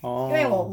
orh